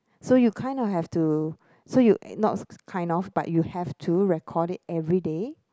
so you kind of have to so you not kind of but you have to record it everyday